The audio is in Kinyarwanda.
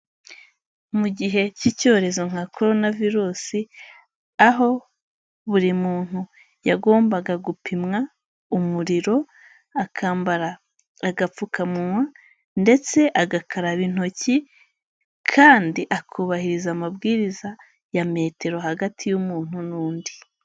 Mu gihe cy'icyorezo nka Korona virusi, aho buri muntu yagombaga gupimwa, umuriro, akambara agapfukamunwa ndetse agakaraba intoki kandi akubahiriza amabwiriza ya metero hagati y'umuntu n'undi.